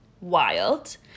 wild